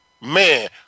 Man